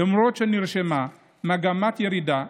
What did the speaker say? למרות שנרשמה מגמת ירידה,